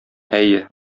әйе